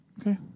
Okay